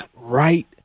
right